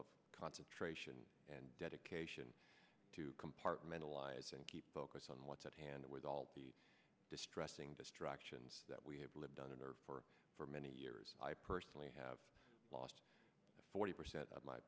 of concentration and dedication to compartmentalize and keep focus on what's at hand with all the distressing distractions that we have lived under for for many years i personally have lost forty percent of my